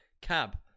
cab